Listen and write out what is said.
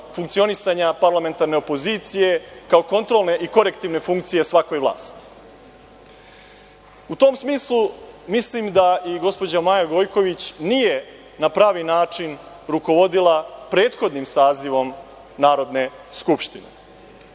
funkcionisanja parlamentarne opozicije kao kontrolne i korektivne funkcije svakoj vlasti.U tom smislu, mislim da i gospođa Maja Gojković nije na pravi način rukovodila prethodnim sazivom Narodne skupštine.